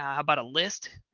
um about a list?